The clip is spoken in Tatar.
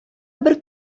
бер